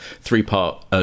three-part